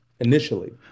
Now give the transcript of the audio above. initially